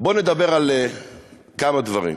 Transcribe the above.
נדבר על כמה דברים.